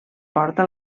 porta